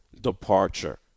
departure